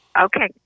Okay